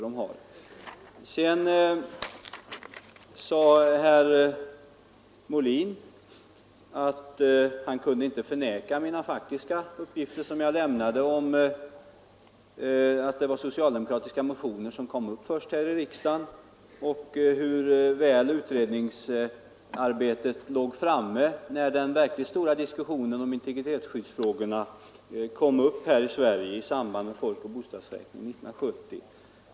Herr Molin framhöll att han inte kunde förneka mina faktiska uppgifter om att det var socialdemokratiska motioner som kom upp först här i riksdagen och om hur väl utredningsarbetet låg framme när den verkligt stora diskussionen om integritetsskyddsfrågor började här i Sverige i samband med folkoch bostadsräkningen 1970.